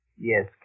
Yes